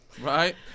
Right